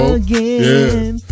again